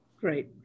Great